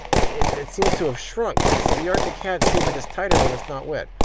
it seems to have shrunk, so the arctic hat seems like it's tighter when it's not wet.